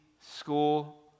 school